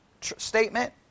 statement